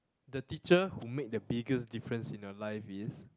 the teacher who made the biggest difference in your life is